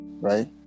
right